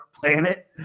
planet